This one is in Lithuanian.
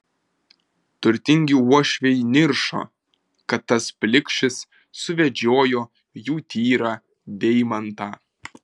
turtingi uošviai niršo kad tas plikšis suvedžiojo jų tyrą deimantą